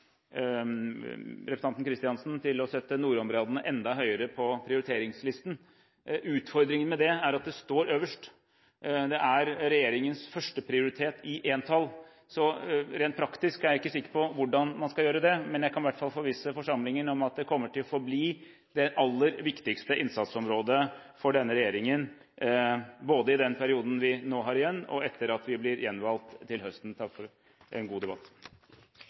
representanten Kristiansen til å sette nordområdene enda høyere på prioriteringslisten. Utfordringen med det er at det står øverst. Det er regjeringens førsteprioritet i entall, så rent praktisk er jeg ikke sikker på hvordan man skal gjøre det. Men jeg kan i hvert fall forvisse forsamlingen om at det kommer til å forbli det aller viktigste innsatsområdet for denne regjeringen, både i den perioden vi nå har igjen, og etter at vi blir gjenvalgt til høsten. Takk for en god debatt.